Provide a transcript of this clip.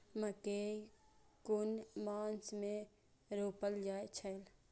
मकेय कुन मास में रोपल जाय छै?